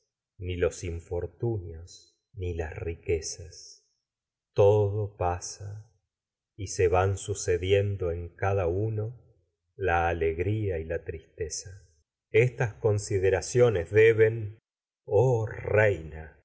ni los infortunios ni las riquezas en todo pasa y se la sucediendo cada uno la alegría y tristeza estas la consideraciones debén oh reina